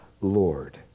Lord